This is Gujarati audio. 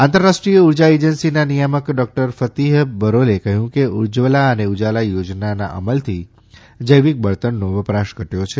આંતરરાષ્ટ્રીય ઉર્જા એજન્સીના નિયામક ર્ડોકટર ફતીહ બરોલે કહ્યુકે ઉજ્જવલા અને ઉજાલા યોજનાના અમલથી જૌવિક બળતણનો વપરાશ ધટ્યો છે